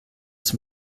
zum